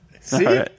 See